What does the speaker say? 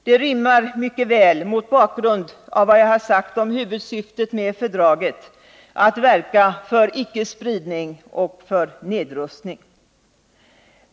Det rimmar mycket väl mot bakgrund av vad jag har sagt om huvudsyftet med fördraget, att verka för icke-spridning och för nedrustning.